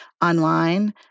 online